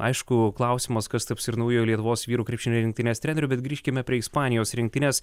aišku klausimas kas taps ir naujo lietuvos vyrų krepšinio rinktinės treneriu bet grįžkime prie ispanijos rinktinės